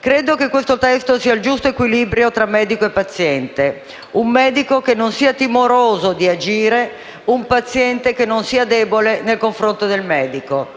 Credo che questo testo consegua un giusto equilibrio tra medico e paziente. Un medico che non sia timoroso di agire, un paziente che non sia debole nei confronti del medico.